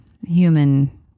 human